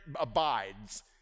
abides